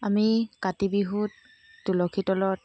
আমি কাতি বিহুত তুলসী তলত